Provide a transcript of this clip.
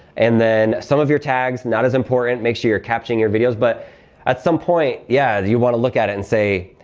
and then some of your tags not as important. make sure you're captioning your videos. but at some point yeah you want to look at it and say,